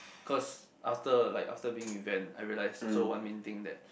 cause after like after being with Van I realise also one main thing that